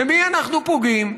במי אנחנו פוגעים?